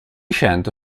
cento